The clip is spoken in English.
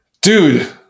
Dude